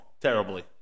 terribly